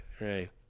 right